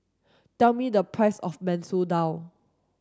tell me the price of Masoor Dal